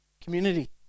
Community